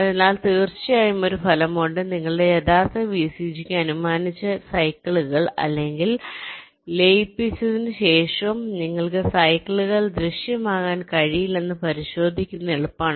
അതിനാൽ തീർച്ചയായും ഒരു ഫലമുണ്ട് നിങ്ങളുടെ യഥാർത്ഥ വിസിജിക്ക് അനുമാനിച്ച സൈക്കിളുകൾ ഇല്ലെങ്കിൽ ലയിപ്പിച്ചതിന് ശേഷവും നിങ്ങൾക്ക് സൈക്കിളുകൾ ദൃശ്യമാകാൻ കഴിയില്ലെന്ന് പരിശോധിക്കുന്നത് എളുപ്പമാണ്